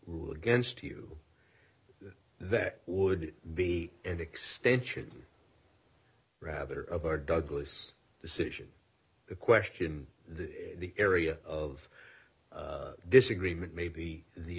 rule against you that would be an extension rather of our douglas decision the question the area of disagreement may be the